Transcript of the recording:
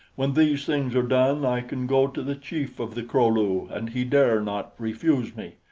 when these things are done, i can go to the chief of the kro-lu, and he dare not refuse me.